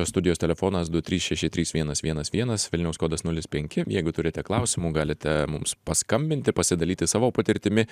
studijos telefonas du trys šeši trys vienas vienas vienas vilniaus kodas nulis penki jeigu turite klausimų galite mums paskambinti pasidalyti savo patirtimi